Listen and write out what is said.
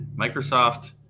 Microsoft